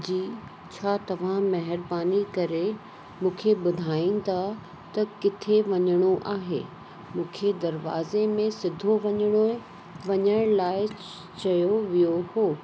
जी छा तव्हां महिरबानी करे मुखे ॿुधाईंदा त किथे वञणो आहे मुखे दरवाज़े में सिधो वञिणो आहे वञण लाइ चयो वियो हुओ